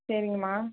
சரிங்கம்மா